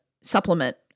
supplement